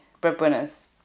breadwinners